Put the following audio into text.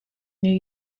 new